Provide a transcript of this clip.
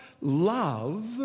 Love